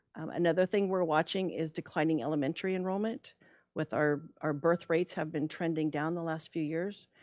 another thing we're watching is declining elementary enrollment with our our birth rates have been trending down the last few years.